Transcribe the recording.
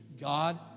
God